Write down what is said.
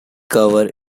cover